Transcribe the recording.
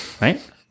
right